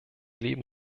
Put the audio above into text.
leben